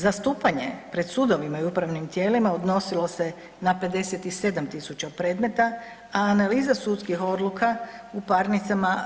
Zastupanje pred sudovima i upravnim tijelima odnosilo se na 57 000 predmeta a analiza sudskih odluka u parnicama